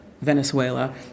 Venezuela